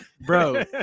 bro